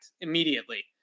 immediately